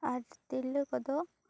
ᱟᱨ ᱛᱤᱨᱞᱟᱹ ᱠᱚᱫᱚ